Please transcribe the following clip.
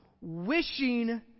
wishing